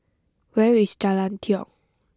where is Jalan Tiong